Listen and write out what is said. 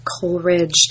Coleridge